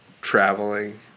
traveling